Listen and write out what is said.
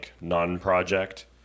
non-project